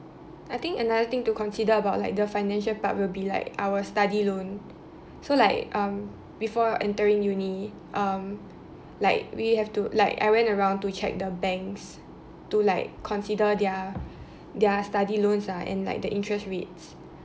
I think another thing to consider about like the financial part will be like our study loan so like um before entering uni um like we have to like I went around to check the banks to like to consider their their study loans ah and like the interest rates